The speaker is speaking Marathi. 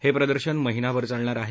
हे प्रदर्शन महिनाभर चालणार आहे